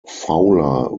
fowler